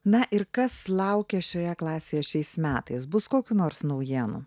na ir kas laukia šioje klasėje šiais metais bus kokių nors naujienų